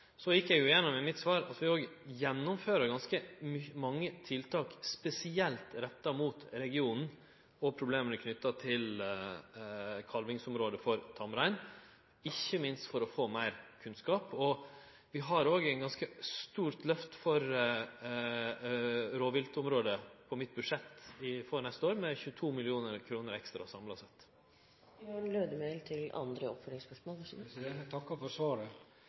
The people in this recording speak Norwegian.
Så gjekk eg jo gjennom i mitt svar at vi òg gjennomfører ganske mange tiltak spesielt retta mot regionen og problema knytte til kalvingsområdet for tamrein, ikkje minst for å få meir kunnskap. Vi har òg eit ganske stort lyft for rovviltområdet på mitt budsjett for neste år, med 22 mill. kr ekstra samla sett.